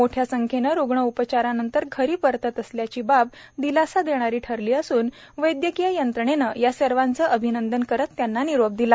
मोठ्या संख्येने रूग्ण उपचारानंतर घरी परतत असल्याने ही बाब दिलासा देणारी ठरली असून वैदयकीय यंत्रणेने या सर्वाचे अभिनंदन करत त्यांना निरोप दिला